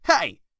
hey